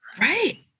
Right